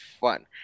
fun